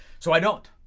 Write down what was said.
so i don't,